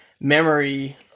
memory